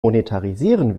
monetarisieren